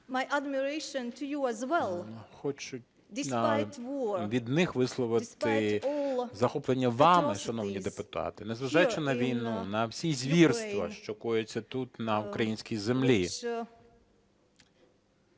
хочу від них висловити захоплення вами, шановні депутати. Не зважаючи на війну, на всі звірства, що коються тут, на українській землі